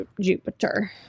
Jupiter